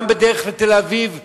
גם בדרך לתל-אביב וחיפה.